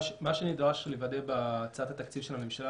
מה שנדרש לוודא בהצעת התקציב של הממשלה,